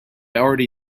already